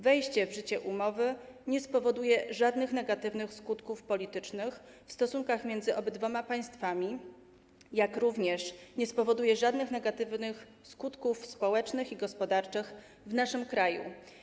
Wejście w życie umowy nie spowoduje żadnych negatywnych skutków politycznych w stosunkach między obydwoma państwami ani żadnych negatywnych skutków społecznych czy gospodarczych w naszym kraju.